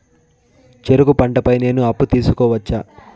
చెరుకు పంట పై నేను అప్పు తీసుకోవచ్చా?